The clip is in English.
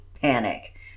panic